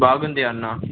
బాగుంది అన్న